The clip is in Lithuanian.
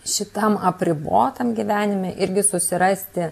šitam apribotam gyvenime irgi susirasti